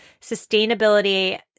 sustainability